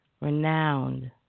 Renowned